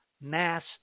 mass